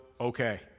okay